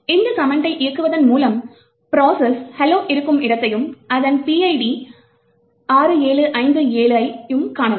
இந்த கமெண்டை இயக்குவதன் மூலம் ப்ரோசஸ் hello இருக்கும் இடத்தையும் அதன் PID 6757 ஐயும் காணலாம்